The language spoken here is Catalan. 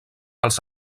els